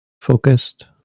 focused